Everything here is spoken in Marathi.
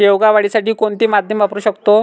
शेवगा वाढीसाठी कोणते माध्यम वापरु शकतो?